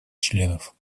членов